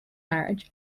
marriage